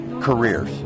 careers